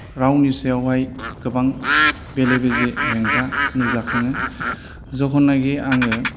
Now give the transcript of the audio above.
रावनि सायावहाय गोबां बेले बेजे हेंथा नुजाखाङो जखननाखि आङो